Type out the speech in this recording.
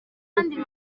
ari